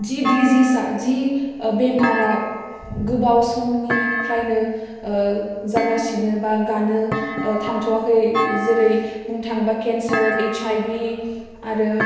जि दिजिसआ जि ओह बेमारा गोबाव समनिफ्रायनो ओह जागासिनो बा गानो ओह थांथ'वाखै जेरै बुंनो थाङोब्ला केनसार ओइसआइभि आरो